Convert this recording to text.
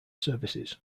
services